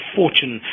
fortune